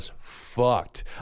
fucked